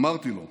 אמרתי לו: